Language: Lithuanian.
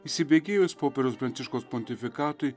įsibėgėjus popiežiaus pranciškaus pontifikatui